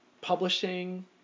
publishing